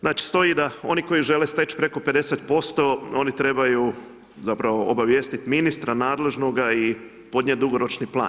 Znači, stoji da oni koji žele steć preko 50% oni trebaju zapravo obavijestit ministra nadležnoga i podnijeti dugoročni plan.